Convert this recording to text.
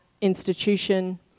institution